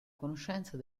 conoscenza